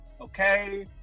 okay